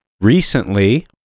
recently